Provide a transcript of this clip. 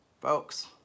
folks